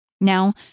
Now